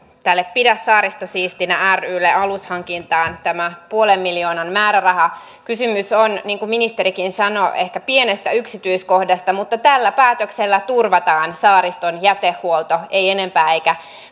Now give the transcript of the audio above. pidä saaristo siistinä rylle alushankintaan tämä puolen miljoonan määräraha kysymys on niin kuin ministerikin sanoi ehkä pienestä yksityiskohdasta mutta tällä päätöksellä turvataan saariston jätehuolto ei enempää eikä